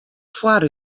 foar